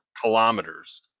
kilometers